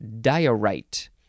diorite